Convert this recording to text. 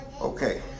Okay